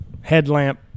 headlamp